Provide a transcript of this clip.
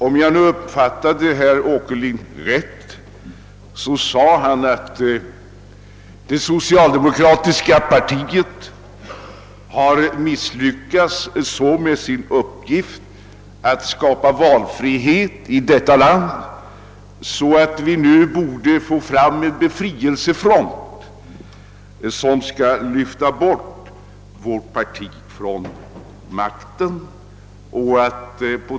Om jag uppfattade herr Åkerlind rätt, sade han att det socialdemokratiska partiet hade misslyckats så med sin uppgift att skapa valfrihet i detta land att vi nu borde få en befrielsefront som skulle lyfta bort vårt parti från makten.